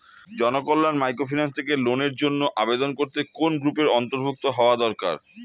Janakalyan microfinance থেকে লোনের জন্য আবেদন করতে কোন গ্রুপের অন্তর্ভুক্ত হওয়া দরকার?